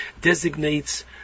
designates